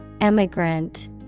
Emigrant